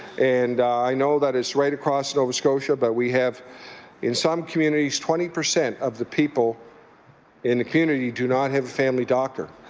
and i know that it's right across nova scotia, but we have in some communities twenty percent of the people in the community do not have a family doctor.